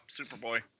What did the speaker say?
Superboy